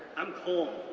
i'm cold.